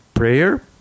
Prayer